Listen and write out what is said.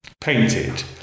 painted